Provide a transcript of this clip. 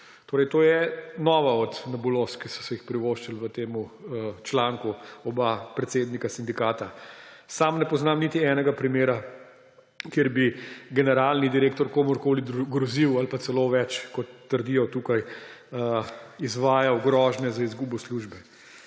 To je nova od nebuloz, ki sta si jih privoščila v tem članku oba predsednika sindikata. Sam ne poznam niti enega primera, kjer bi generalni direktor komurkoli grozil ali pa celo več, kot trdijo tukaj, izvajal grožnje z izgubo službe.